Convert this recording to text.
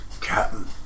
Captain